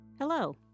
Hello